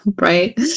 right